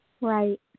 Right